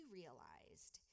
realized